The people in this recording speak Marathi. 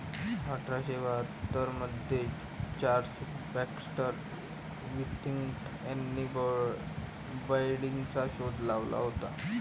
अठरा शे बाहत्तर मध्ये चार्ल्स बॅक्स्टर विथिंग्टन यांनी बाईंडरचा शोध लावला होता